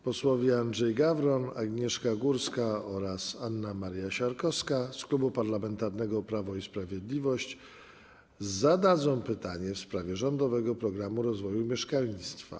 Posłowie Andrzej Gawron, Agnieszka Górska oraz Anna Maria Siarkowska z Klubu Parlamentarnego Prawo i Sprawiedliwość zadadzą pytanie w sprawie rządowego programu rozwoju mieszkalnictwa.